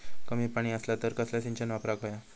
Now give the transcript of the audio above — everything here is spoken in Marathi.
कमी पाणी असला तर कसला सिंचन वापराक होया?